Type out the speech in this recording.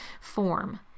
form